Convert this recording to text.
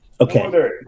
Okay